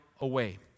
away